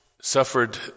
suffered